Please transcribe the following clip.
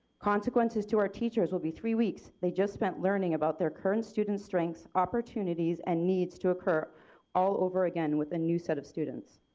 consequences to her teachers will be three weeks they just spent learning about their current student strengths, opportunities and needs to occur all over again with a new set of students.